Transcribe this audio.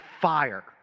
fire